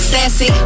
Sassy